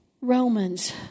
Romans